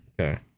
Okay